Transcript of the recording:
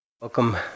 Welcome